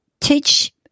teach